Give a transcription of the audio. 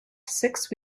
six